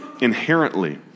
inherently